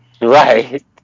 Right